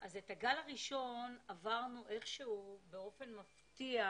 אז את הגל הראשון עברנו, איך שהוא, באופן מפתיע,